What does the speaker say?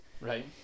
Right